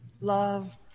love